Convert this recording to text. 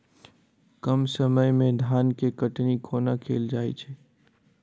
कम समय मे धान केँ कटनी कोना कैल जाय छै?